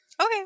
okay